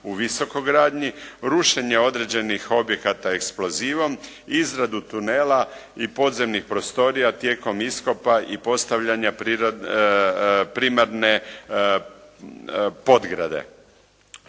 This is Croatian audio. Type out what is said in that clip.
u visokogradnji, rušenje određenih objekata eksplozivom, izradu tunela i podzemnih prostorija tijekom iskopa i postavljanja primarne podgrade.